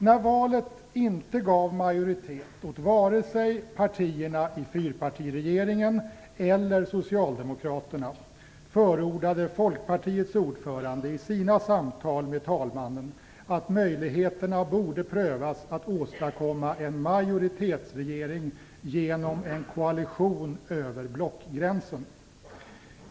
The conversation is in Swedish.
När valet inte gav majoritet åt vare sig partierna i fyrpartiregeringen eller Socialdemokraterna, förordade Folkpartiets ordförande i sina samtal med talmannen att möjligheterna borde prövas att åstadkomma en majoritetsregering genom en koalition över blockgränsen.